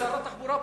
שר התחבורה פה.